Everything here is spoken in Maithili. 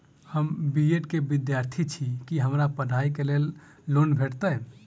हम बी ऐड केँ विद्यार्थी छी, की हमरा पढ़ाई लेल लोन भेटतय?